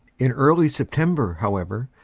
in early september, however,